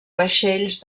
vaixells